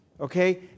Okay